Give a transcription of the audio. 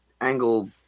angle